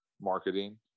marketing